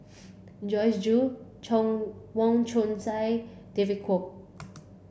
Joyce Jue Chong Wong Chong Sai David Kwo